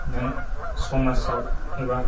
नों समाजाव एबा